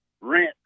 rent